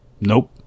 Nope